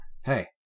Hey